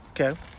Okay